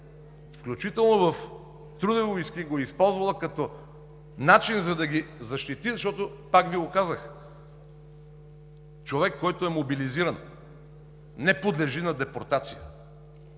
включително в Трудови войски, го е използвала като начин, за да ги защити, защото, пак Ви го казах, човек, който е мобилизиран, не подлежи на депортация.